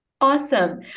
Awesome